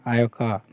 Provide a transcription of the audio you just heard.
ఆ యొక్క